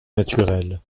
naturelle